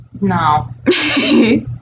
No